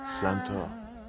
Santa